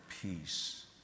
peace